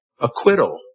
acquittal